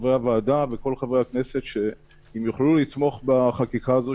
חברי הוועדה וכל חברי הכנסת אם יוכלו לתמוך בחקיקה הזאת,